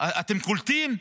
אתם קולטים?